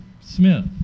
Smith